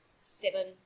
seven